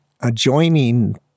Adjoining